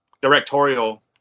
directorial